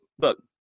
look